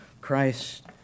Christ